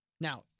Now